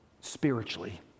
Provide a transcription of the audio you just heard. spiritually